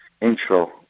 intro